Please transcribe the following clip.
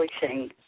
Publishing